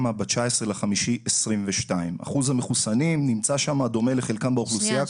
ב-19 במאי 2022. אחוז המחוסנים נמצא שם דומה לחלקם באוכלוסייה,